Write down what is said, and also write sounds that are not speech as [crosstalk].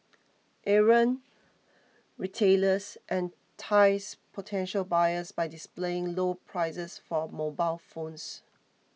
errant retailers [unintelligible]